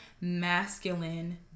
masculine